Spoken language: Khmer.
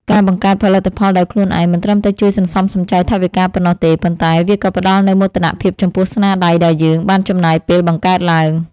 ការបង្កើតផលិតផលដោយខ្លួនឯងមិនត្រឹមតែជួយសន្សំសំចៃថវិកាប៉ុណ្ណោះទេ ប៉ុន្តែ វាក៏ផ្ដល់នូវមោទនភាពចំពោះស្នាដៃដែលយើងបានចំណាយពេលបង្កើតឡើង។